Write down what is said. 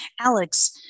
Alex